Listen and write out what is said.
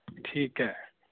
ਠੀਕ ਹੈ